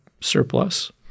surplus